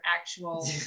actual